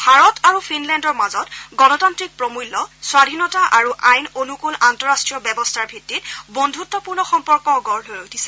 ভাৰত আৰু ফিনলেণ্ডৰ মাজত গণতান্ত্ৰিক প্ৰমূল্য স্বাধীনতা আৰু আইন অনুকুল আন্তঃৰাষ্ট্ৰীয় ব্যৱস্থাৰ ভিত্তিত বন্ধুত্বপূৰ্ণ সম্পৰ্ক গঢ় লৈ উঠিছে